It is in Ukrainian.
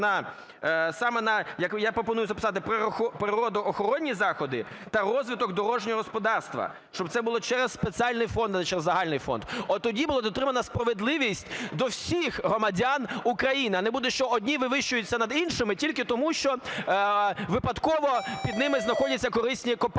записати, природоохоронні заходи та розвиток дорожнього господарства, щоб це було через спеціальний фонд чи загальний фонд. Отоді буде дотримана справедливість до всіх громадян України, а не буде, що одні вивищуються над іншими тільки тому, що випадково під ними знаходяться корисні копалини.